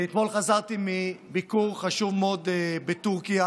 אני אתמול חזרתי מביקור חשוב מאוד בטורקיה,